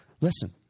Listen